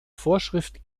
vorschrift